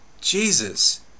Jesus